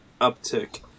uptick